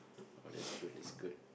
oh that's good that's good